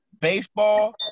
Baseball